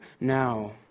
now